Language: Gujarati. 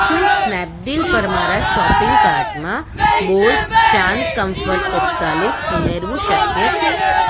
શું સ્નેપડીલ પર મારા શોપિંગ કાર્ટમાં બોસ શાંત કમ્ફર્ટ પીસ્તાળીસ ઉમેરવું શક્ય છે